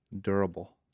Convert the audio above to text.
durable